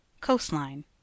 coastline